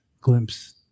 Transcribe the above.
glimpse